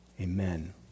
Amen